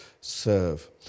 serve